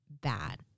bad